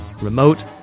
Remote